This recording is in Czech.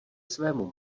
svému